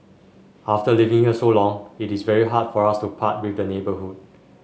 after living here so long it is very hard for us to part with the neighbourhood